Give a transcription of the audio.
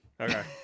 Okay